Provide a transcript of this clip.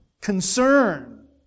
concern